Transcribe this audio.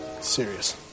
Serious